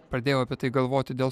pradėjau apie tai galvoti dėl